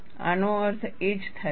આનો અર્થ એ જ થાય છે